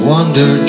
Wonder